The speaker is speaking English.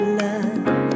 love